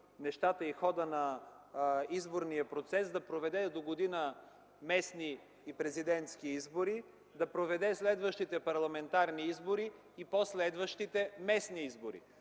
нещата и ходът на изборния процес, да проведе догодина местни и президентски избори, да проведе следващите парламентарни избори и по-следващите местни избори.